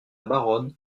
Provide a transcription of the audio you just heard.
baronne